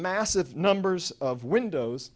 massive numbers of windows